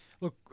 Look